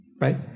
Right